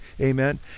amen